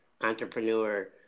entrepreneur